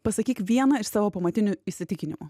pasakyk vieną iš savo pamatinių įsitikinimų